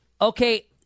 Okay